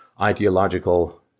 ideological